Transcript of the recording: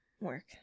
work